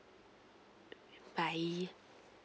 bye